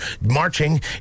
marching